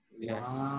Yes